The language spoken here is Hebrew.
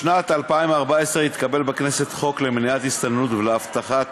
בשנת 2014 התקבל בכנסת חוק למניעת הסתננות ולהבטחת